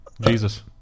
Jesus